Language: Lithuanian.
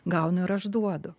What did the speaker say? gaunu ir aš duodu